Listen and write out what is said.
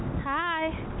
Hi